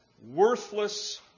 Worthless